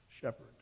shepherd